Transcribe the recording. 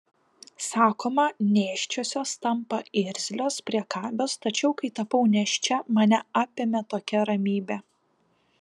sakoma nėščiosios tampa irzlios priekabios tačiau kai tapau nėščia mane apėmė tokia ramybė